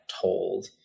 told